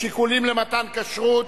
שיקולים למתן כשרות),